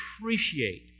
appreciate